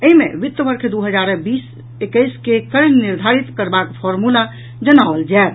एहि मे वित्त वर्ष दू हजार बीस एक्कैस के कर निर्धारित करबाक फार्मूला जनाओल जायत